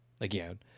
again